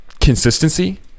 consistency